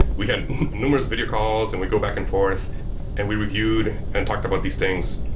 we had numerous video calls and we go back and forth and we reviewed and talked about these things.